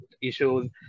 issues